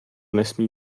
nesmí